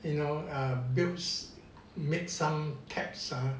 you know err builts err made some taps ah